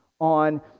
on